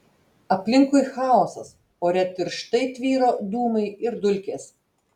aplinkui chaosas ore tirštai tvyro dūmai ir dulkės